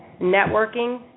networking